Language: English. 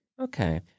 Okay